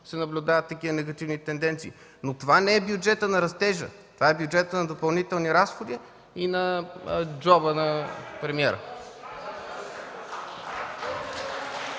се наблюдават и такива негативни тенденции. Но това не е бюджетът на растежа, това е бюджетът на допълнителни разходи и на джоба на премиера.